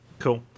cool